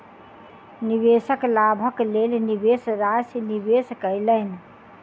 निवेशक लाभक लेल निवेश राशि निवेश कयलैन